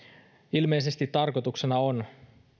ilmeisesti tarkoituksena on